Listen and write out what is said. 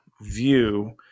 view